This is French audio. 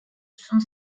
sont